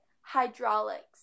hydraulics